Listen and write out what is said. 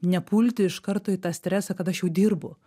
nepulti iš karto į tą stresą kad aš jau dirbu